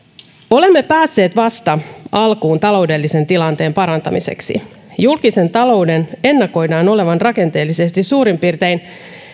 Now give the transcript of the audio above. olemme päässeet vasta alkuun taloudellisen tilanteen parantamiseksi julkisen talouden ennakoidaan olevan rakenteellisesti suurin piirtein